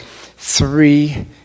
three